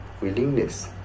willingness